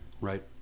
right